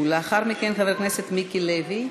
ולאחר מכן, חבר הכנסת מיקי לוי.